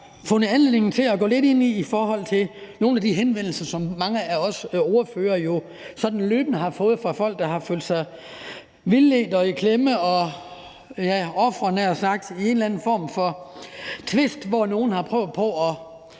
fundet anledning til at gå lidt ind i via nogle af de henvendelser, som mange af os ordførere sådan løbende har fået fra folk, der har følt sig vildledt og i klemme – ja, som ofre, havde jeg nær sagt – i en eller anden form for tvist, hvor nogle har prøvet på at